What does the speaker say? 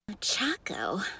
Chaco